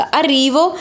arrivo